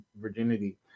virginity